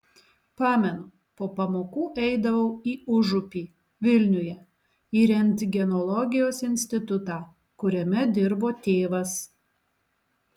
pamenu po pamokų eidavau į užupį vilniuje į rentgenologijos institutą kuriame dirbo tėvas